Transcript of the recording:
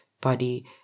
body